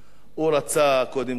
הוא רצה, קודם כול,